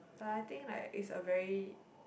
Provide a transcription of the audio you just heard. but I think like it's a very